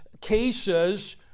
cases